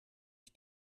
ich